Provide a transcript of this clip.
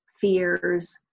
fears